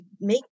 make